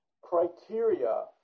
criteria